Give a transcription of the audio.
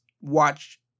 watch